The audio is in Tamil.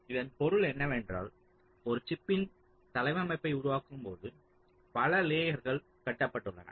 இதன் பொருள் என்னவென்றால் ஒரு சிப்பின் தளவமைப்பை உருவாக்கும்போது பல லேயர்கள் கட்டப்பட்டுள்ளன